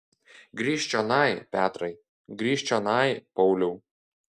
grįžk čionai petrai grįžk čionai pauliau